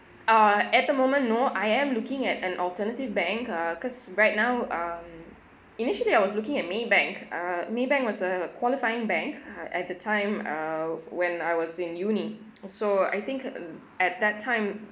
uh at the moment no I am looking at an alternative bank uh cause right now um initially I was looking at Maybank uh Maybank was a qualifying bank uh at the time uh when I was in uni so I think uh at that time